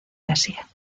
asia